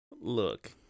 Look